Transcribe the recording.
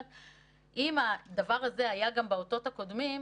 אם הדבר הזה היה גם באותות הקודמים,